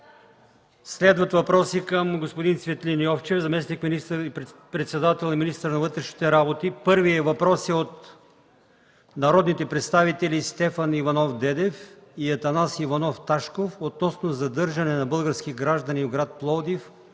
Следват въпроси към господин Цветлин Йовчев – заместник министър-председател и министър на вътрешните работи. Първият въпрос е от народните представители Стефан Иванов Дедев и Атанас Иванов Ташков относно задържане на български граждани в град Пловдив